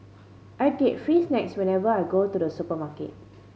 I get free snacks whenever I go to the supermarket